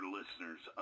listeners